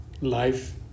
life